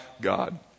God